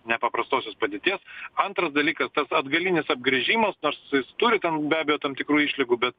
nepaprastosios padėties antras dalykas tas atgalinis apgręžimas nors jis turi ten be abejo tam tikrų išlygų bet